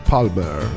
Palmer